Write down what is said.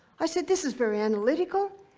i said, this is very analytical.